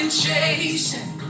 chasing